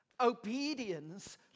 Obedience